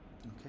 Okay